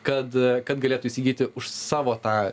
kad kad galėtų įsigyti už savo tą